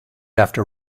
after